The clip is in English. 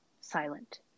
silent